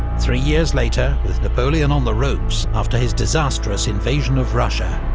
three years later, with napoleon on the ropes after his disastrous invasion of russia,